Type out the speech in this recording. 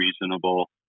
reasonable